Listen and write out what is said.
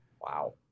Wow